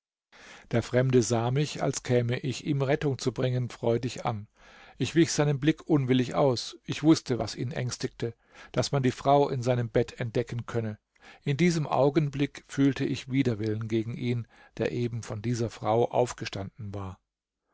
der fremde sah mich als käme ich ihm rettung zu bringen freudig an ich wich seinem blick unwillig aus ich wußte was ihn ängstigte daß man die frau in seinem bett entdecken könne in diesem augenblick fühlte ich widerwillen gegen ihn der eben von dieser frau aufgestanden war